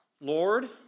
Lord